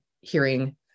hearing